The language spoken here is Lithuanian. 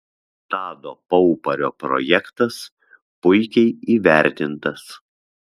tado paupario projektas puikiai įvertintas